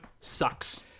sucks